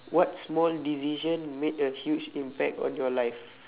what small decision made a huge impact on your life